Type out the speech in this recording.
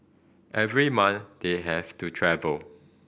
every month they have to travel